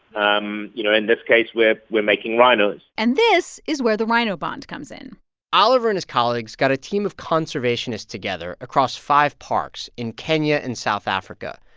um you know, in this case, we're making rhinos and this is where the rhino bond comes in oliver and his colleagues got a team of conservationists together across five parks in kenya and south africa.